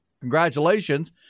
Congratulations